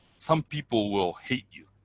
some people will hate you.